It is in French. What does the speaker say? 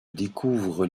découvrent